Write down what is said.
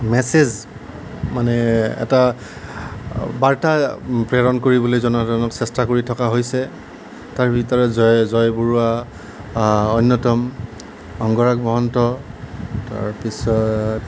message মানে এটা বাৰ্তা প্ৰেৰণ কৰিবলৈ জনসাধাৰণক চেষ্টা কৰি থকা হৈছে তাৰ ভিতৰত জয় জয় বৰুৱা অন্যতম অংগৰাগ মহন্ত তাৰপিছত